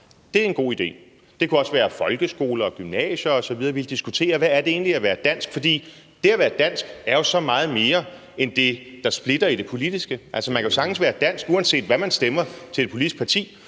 – er en god idé. Det kunne også være på folkeskoler, gymnasier osv., hvor vi diskuterer, hvad det egentlig er at være dansk. For det at være dansk er jo så meget mere end det, der splitter rent politisk. Altså, man kan jo sagtens være dansk, uanset hvilket politisk parti